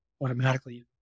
automatically